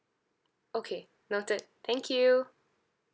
okay noted thank you